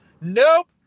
nope